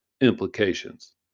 implications